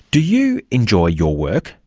do you enjoy your work?